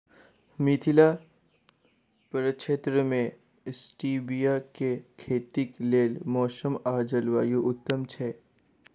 मिथिला प्रक्षेत्र मे स्टीबिया केँ खेतीक लेल मौसम आ जलवायु उत्तम छै?